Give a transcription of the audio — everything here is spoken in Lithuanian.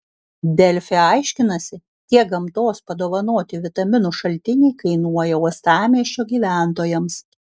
delfi aiškinasi kiek gamtos padovanoti vitaminų šaltiniai kainuoja uostamiesčio gyventojams